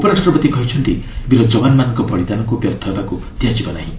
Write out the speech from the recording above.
ଉପରାଷ୍ଟ୍ରପତି କହିଛନ୍ତି ବୀର ଯବାନମାନଙ୍କ ବଳିଦାନକୁ ବ୍ୟର୍ଥ ହେବାକୁ ଦିଆଯିବ ନାହିଁ